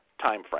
timeframe